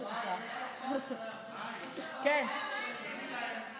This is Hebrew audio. מאי, תגידי להם: